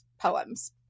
poems